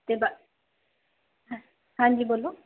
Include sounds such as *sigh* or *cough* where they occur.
*unintelligible* ਹਾਂਜੀ ਬੋਲੋ